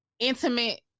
intimate